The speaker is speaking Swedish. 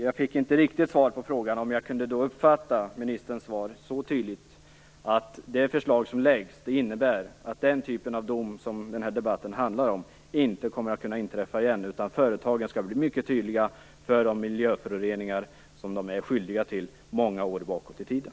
Jag fick inte riktigt svar på frågan om jag kunde uppfatta ministerns svar så tydligt att det förslag som läggs fram innebär att den typen av dom som debatten handlar om inte kommer att kunna inträffa igen, utan företagens ansvar kommer att vara mycket tydliga för de miljöföroreningar som de är skyldiga till många år bakåt i tiden.